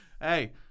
hey